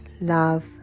love